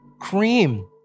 cream